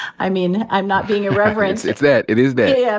i mean, i'm not being irreverent. it's that. it is that. yeah,